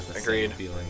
agreed